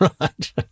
Right